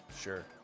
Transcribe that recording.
Sure